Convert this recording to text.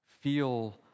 feel